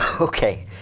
Okay